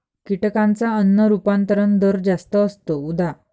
कीटकांचा अन्न रूपांतरण दर जास्त असतो, उदा